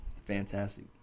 Fantastic